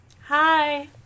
Hi